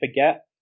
forget